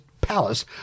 palace